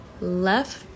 left